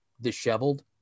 disheveled